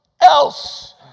else